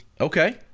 Okay